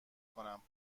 کنم